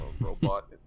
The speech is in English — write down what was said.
robot